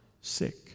sick